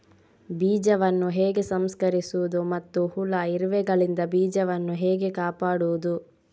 ಬೀಜವನ್ನು ಹೇಗೆ ಸಂಸ್ಕರಿಸುವುದು ಮತ್ತು ಹುಳ, ಇರುವೆಗಳಿಂದ ಬೀಜವನ್ನು ಹೇಗೆ ಕಾಪಾಡುವುದು?